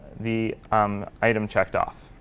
the um item checked off.